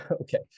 Okay